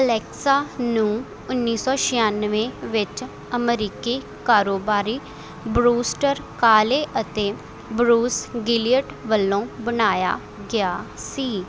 Alexa ਨੂੰ ਉੱਨੀ ਸੌ ਛਿਆਨਵੇਂ ਵਿੱਚ ਅਮਰੀਕੀ ਕਾਰੋਬਾਰੀ ਬਰੂਸਟਰ ਕਾਹਲੇ ਅਤੇ ਬਰੂਸ ਗਿਲਿਅਟ ਵੱਲੋਂ ਬਣਾਇਆ ਗਿਆ ਸੀ